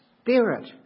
Spirit